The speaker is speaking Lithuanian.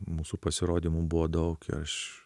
mūsų pasirodymų buvo daug ir aš